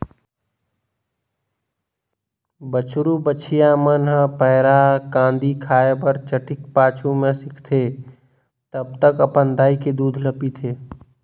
बछरु बछिया मन ह पैरा, कांदी खाए बर चटिक पाछू में सीखथे तब तक अपन दाई के दूद ल पीथे